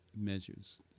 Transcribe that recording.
measures